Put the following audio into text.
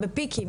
בפיקים,